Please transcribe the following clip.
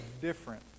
different